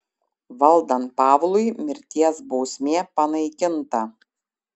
valdant pavlui mirties bausmė panaikinta